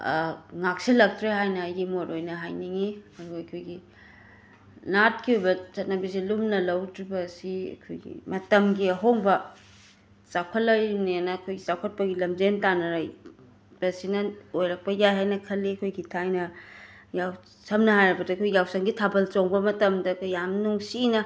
ꯉꯥꯛꯁꯤꯜꯂꯛꯇ꯭ꯔꯦ ꯍꯥꯏꯅ ꯑꯩꯒꯤ ꯃꯣꯠ ꯑꯣꯏꯅ ꯍꯥꯏꯅꯤꯡꯏ ꯑꯗꯨꯒ ꯑꯩꯈꯣꯏꯒꯤ ꯅꯥꯠꯀꯤ ꯑꯣꯏꯕ ꯆꯠꯅꯕꯤꯁꯤ ꯂꯨꯝꯅ ꯂꯧꯗ꯭ꯔꯤꯕꯁꯤ ꯑꯩꯈꯣꯏꯒꯤ ꯃꯇꯝꯒꯤ ꯑꯍꯣꯡꯕ ꯆꯥꯎꯈꯠꯂꯛꯏꯅꯤꯅꯦꯅ ꯑꯩꯈꯣꯏ ꯆꯥꯎꯈꯠꯄꯒꯤ ꯂꯝꯖꯦꯟ ꯇꯥꯟꯅꯔꯛꯄꯁꯤꯅ ꯑꯣꯏꯔꯛꯄ ꯌꯥꯏ ꯍꯥꯏꯅ ꯈꯜꯂꯤ ꯈꯣꯏꯒꯤ ꯊꯥꯏꯅ ꯌꯥꯎ ꯁꯝꯅ ꯍꯥꯏꯔꯕꯗ ꯑꯩꯈꯣꯏ ꯌꯥꯎꯁꯪꯒꯤ ꯊꯥꯕꯜ ꯆꯣꯡꯕ ꯃꯇꯝꯗ ꯌꯥꯝ ꯅꯨꯡꯁꯤꯅ